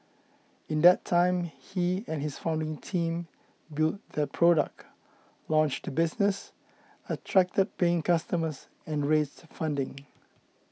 in that time he and his founding team built their product launched business attracted paying customers and raised funding